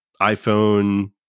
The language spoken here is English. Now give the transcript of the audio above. iPhone